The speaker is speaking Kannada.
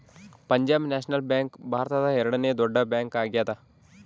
ಪಂಜಾಬ್ ನ್ಯಾಷನಲ್ ಬ್ಯಾಂಕ್ ಭಾರತದ ಎರಡನೆ ದೊಡ್ಡ ಬ್ಯಾಂಕ್ ಆಗ್ಯಾದ